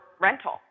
rental